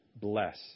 bless